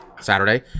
Saturday